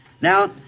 Now